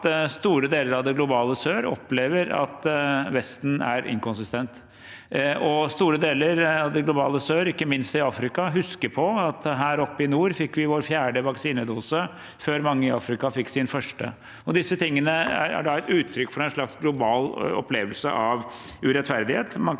at store deler av det globale sør opplever at Vesten er inkonsistent. Store deler av det globale sør, ikke minst i Afrika, husker at vi her oppe i nord fikk vår fjerde vaksinedose før mange i Afrika fikk sin første. Disse tingene er uttrykk for en slags global opplevelse av urettferdighet.